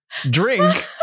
drink